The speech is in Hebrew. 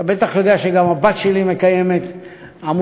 אתה בטח יודע שגם הבת שלי מקיימת עמותה